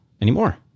anymore